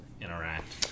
interact